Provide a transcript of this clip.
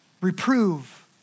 Reprove